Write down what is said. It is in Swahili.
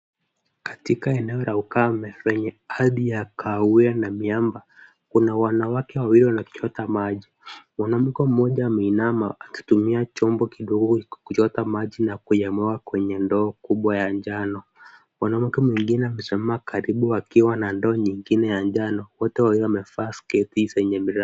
Katika eneo la ukame kwenye hali ya kahawia na miamba kuna wanawake wawili wanaochota maji. Mwanamke mmoja ameinana akitumia chombo kidogo kuchota maji na kuyamwaga kwenye ndoo kubwa ya anjano. Mwanamke mwingine amesimama karibu akiwa na ndoo nyingine ya anjano. Wote wawili wamevaa sketi zenye miraba.